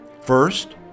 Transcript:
First